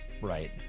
right